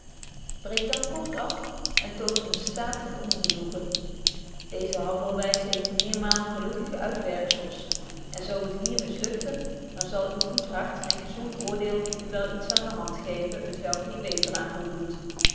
breek dan kort af en toon een statig ongenoegen deeze handelwys heeft meermaal gelukkige uitwerkzels en zo het hier mislukte dan zal uw goed hart en gezond oordeel u wel iets aan de hand geven t welk hier beter aan voldoet